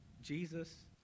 jesus